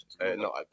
No